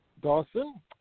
Dawson